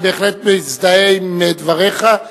אני בהחלט מזדהה עם דבריך.